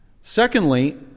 secondly